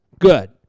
Good